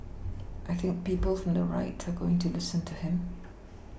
I think people from the right are going to listen to him